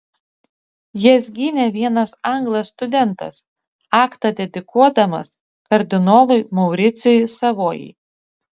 jas gynė vienas anglas studentas aktą dedikuodamas kardinolui mauricijui savojai